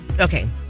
okay